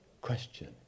question